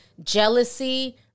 jealousy